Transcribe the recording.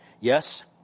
Yes